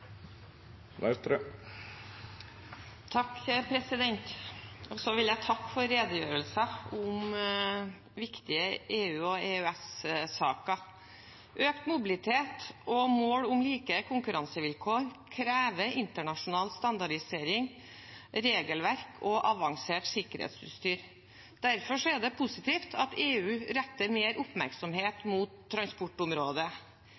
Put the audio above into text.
vil takke for redegjørelsene om viktige EU- og EØS-saker. Økt mobilitet og mål om like konkurransevilkår krever internasjonal standardisering, regelverk og avansert sikkerhetsutstyr. Derfor er det positivt at EU retter mer